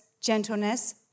gentleness